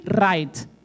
right